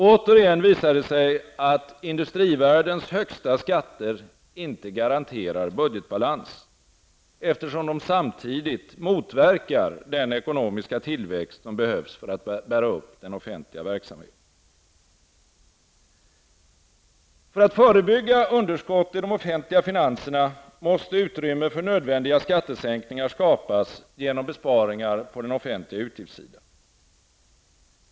Återigen visar det sig att industrivärldens högsta skatter inte garanterar budgetbalans, eftersom de samtidigt motverkar den ekonomiska tillväxten som behövs för att bära upp den offentliga verksamheten. För att förebygga underskott i de offentliga finanserna måste utrymme för nödvändiga skattesänkningar skapas genom besparingar på den offentliga utgiftssidan.